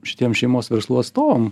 šitiem šeimos verslų atstovam